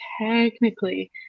technically